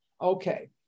okay